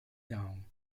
down